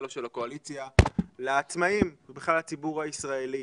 או של הקואליציה לעצמאים ובכלל לציבור הישראלי.